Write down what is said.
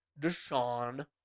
Deshaun